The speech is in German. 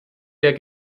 der